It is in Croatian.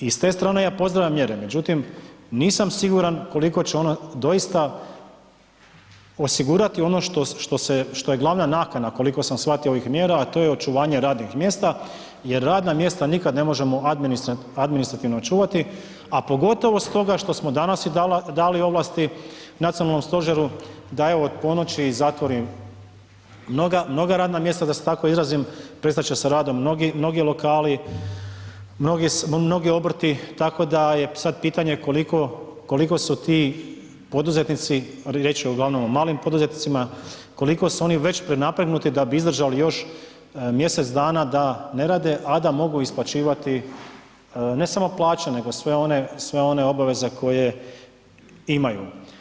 I s te strane ja pozdravljam mjere međutim nisam siguran koliko će one doista osigurati ono što je glavna nakana koliko sam shvatio ovih mjera, a to je očuvanje radnih mjesta jer radna mjesta nikad ne možemo administrativno očuvati a pogotovo stoga što smo danas dali ovlasti nacionalnom stožeru da evo od ponoći zatvori mnoga radna mjesta, da se tako izrazim, prestat će sa radom mnogi lokali, mnogi obrti, tako da je sad pitanje koliko su ti poduzetnicima riječ je uglavnom o malim poduzetnicima, koliko su oni već prenapregnuti da bi izdržali još mj. dana da ne rade a da mogu isplaćivati ne samo plaće nego sve one obaveze koje imaju.